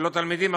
ולא תלמידים,